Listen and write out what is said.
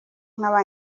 nkaba